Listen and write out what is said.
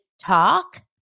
talk